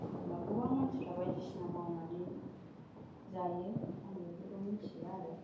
जेनेबा गोबां मानसिफोरा बायदिसिना मावनानै जायो आं बेफोरखौ मिथिजोबा आरो